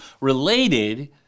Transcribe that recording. related